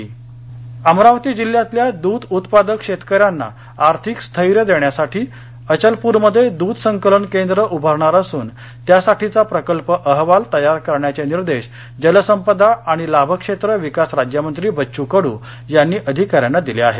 अमरावती अमरावती जिल्ह्यातल्या द्रध उत्पादक शेतकऱ्यांना आर्थिक स्थैर्य देण्यासाठी अचलप्रमध्ये द्रध संकलन केंद्र उभारणार असून त्यासाठीचा प्रकल्प अहवाल तयार करण्याचे निर्देश जलसंपदा आणि लाभक्षेत्र विकास राज्यमंत्री बच्चू कडू यांनी अधिकाऱ्यांना दिले आहेत